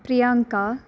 Priyanka